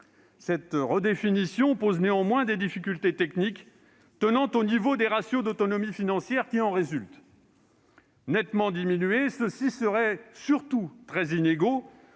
Cette redéfinition pose néanmoins des difficultés techniques, tenant au niveau des ratios d'autonomie financière qui en résultent. Nettement diminués, ceux-ci seraient surtout très inégaux,